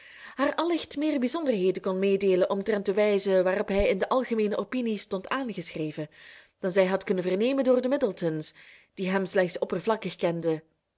haar allicht meer bijzonderheden kon meedeelen omtrent de wijze waarop hij in de algemeene opinie stond aangeschreven dan zij had kunnen vernemen door de middletons die hem slechts oppervlakkig kenden